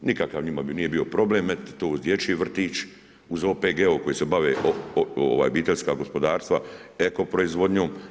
Nikakav njima nije bio problem metnuti tu dječji vrtić uz OPG koji se bave obiteljska gospodarstva eko proizvodnjom.